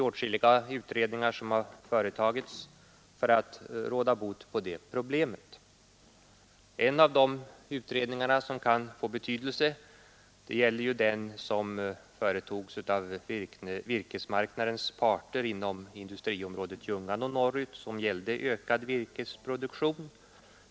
Åtskilliga utredningar har företagits för att råda bot på de problemen. En av de utredningar som kan få betydelse är den som företogs av virkesmarknadens parter inom industriområdet Ljungan och norrut och som gällde ökad virkesproduktion.